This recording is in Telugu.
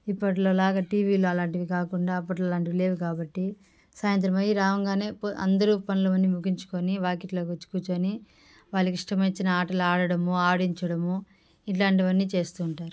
ఇప్పట్లో లాగా టీవీలు అలాంటివి కాకుండా అప్పట్లో అలాంటివి లేవు కాబట్టి సాయంత్రం అయ్యి రాగానే ప అందరూ పనులన్నీ ముగించుకొని వాకిట్లో వచ్చి కూర్చొని వాళ్ళకి ఇష్టమొచ్చిన ఆటలు ఆడటం ఆడించడము ఇట్లాంటివన్నీ చేస్తూ ఉంటారు